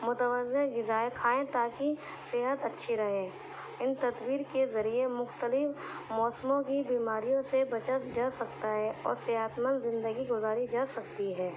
متوضع غذائیں کھائیں تاکہ صحت اچھی رہے ان تدبیر کے ذریعے مختلف موسموں کی بیماریوں سے بچا جا سکتا ہے اور صحت مند زندگی گزاری جا سکتی ہے